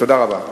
תודה רבה.